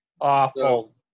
Awful